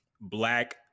black